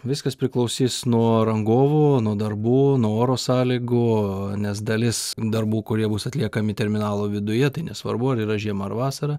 viskas priklausys nuo rangovo nuo darbų nuo oro sąlygų nes dalis darbų kurie bus atliekami terminalo viduje tai nesvarbu ar yra žiema ar vasara